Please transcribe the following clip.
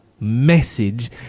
message